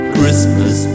Christmas